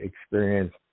experience